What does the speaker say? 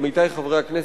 עמיתי חברי הכנסת,